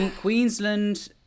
Queensland